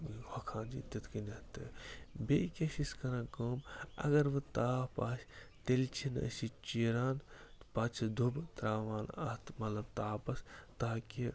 ہۄکھان چھِ تِتھ کٔنۍ تہٕ بیٚیہِ کیٛاہ چھِ أسۍ کَران کٲم اگر وۄنۍ تاپھ آسہِ تیٚلہِ چھِنہٕ أسۍ یہِ چیران تہٕ پَتہٕ چھِ دُبہٕ ترٛاوان اَتھ مطلب تاپَس تاکہِ